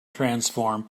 transform